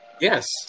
Yes